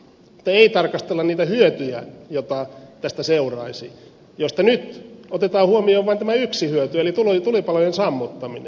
ei tarkastella niitä hyötyjä joita tästä seuraisi ja joista nyt otetaan huomioon vain tämä yksi hyöty eli tulipalojen sammuttaminen